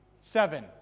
Seven